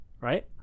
Right